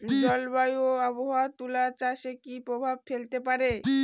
জলবায়ু ও আবহাওয়া তুলা চাষে কি প্রভাব ফেলতে পারে?